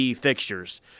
fixtures